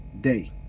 day